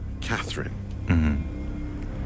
Catherine